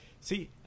See